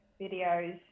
videos